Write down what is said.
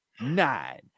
nine